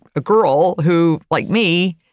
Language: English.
a girl who, like me,